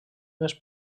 més